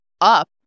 up